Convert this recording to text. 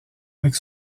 avec